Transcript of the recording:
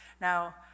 Now